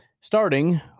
starting